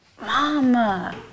Mama